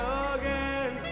again